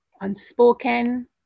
unspoken